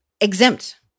exempt